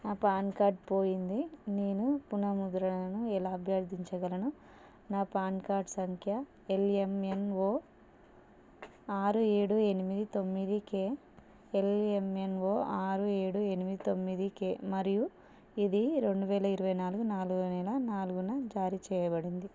నా PAN card పోయింది నేను పునఃముద్రణను ఎలా అభ్యర్థించగలను నా పాన్ కార్డ్ సంఖ్య ఎల్ఎంఎన్ఓ ఆరు ఏడు ఎనిమిది తొమ్మిది కేఎల్ఎంఎన్ఓ ఆరు ఏడు ఎనిమిది తొమ్మిదికే మరియు ఇది రెండు వేల ఇరవై నాలుగు నాలుగవ నెల నాలుగు న జారీ చేయబడింది